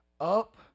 up